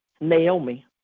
Naomi